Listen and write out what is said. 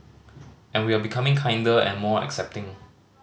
and we are becoming kinder and more accepting